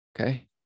okay